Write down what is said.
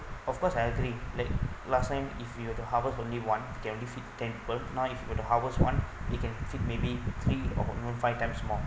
of course I agree like last time if you were to harvest only one you can only feed ten people now if you were to harvest one you can feed maybe three or even five times more